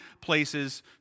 places